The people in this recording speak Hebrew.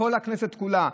הכנסת כולה,